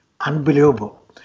Unbelievable